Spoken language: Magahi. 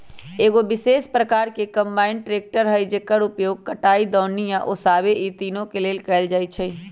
एगो विशेष प्रकार के कंबाइन ट्रेकटर हइ जेकर उपयोग कटाई, दौनी आ ओसाबे इ तिनों के लेल कएल जाइ छइ